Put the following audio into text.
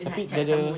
tapi dia ada